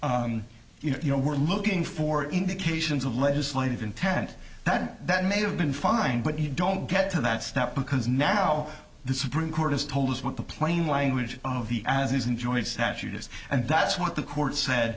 said you know we're looking for indications of legislative intent that that may have been fine but you don't get to that step because now the supreme court has told us what the plain language of the as enjoyed statute is and that's what the court said